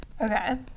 Okay